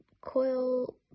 Coil